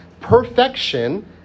perfection